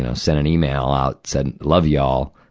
and sent an email out, said, love y'all.